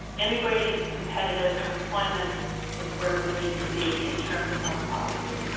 integrated competitive employment is where we need to be in terms of public policy.